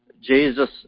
Jesus